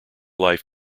life